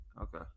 Okay